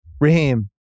Raheem